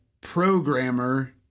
programmer